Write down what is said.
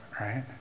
right